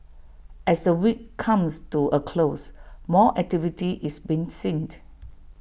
as the week comes to A close more activity is been seen